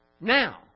now